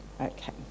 Okay